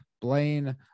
Blaine